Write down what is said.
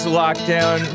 lockdown